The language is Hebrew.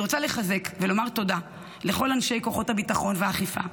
אני רוצה לחזק ולומר תודה לכל אנשי כוחות הביטחון והאכיפה,